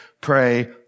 pray